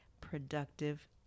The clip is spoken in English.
productive